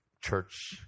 church